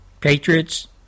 Patriots